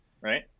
right